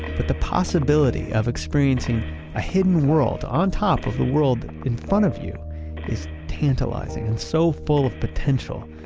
but the possibility of experiencing a hidden world on top of the world in front of you is tantalizing and so full of potential.